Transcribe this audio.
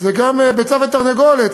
זה גם ביצה ותרנגולת,